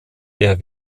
der